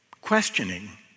questioning